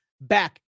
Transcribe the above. back